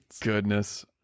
Goodness